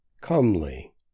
comely